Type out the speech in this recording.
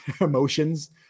emotions